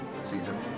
season